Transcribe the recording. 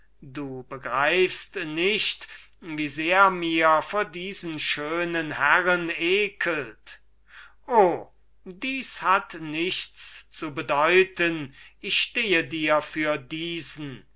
du begreifst nicht wie sehr mir vor diesen schönen herren ekelt o das hat nichts zu bedeuten ich stehe dir für diesen